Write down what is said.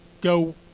go